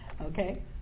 Okay